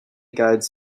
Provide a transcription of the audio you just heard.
guides